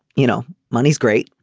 you know money's great.